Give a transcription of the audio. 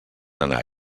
anar